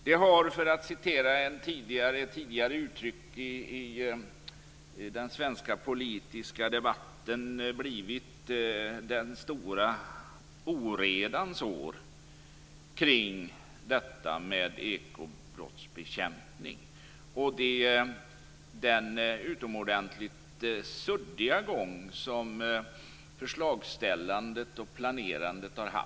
Det har, för att citera ett tidigare uttryck i den svenska politiska debatten, blivit den stora oredans år omkring detta med ekobrottsbekämpning med tanke på den utomordentligt suddiga gång som förslagsställandet och planerandet har haft.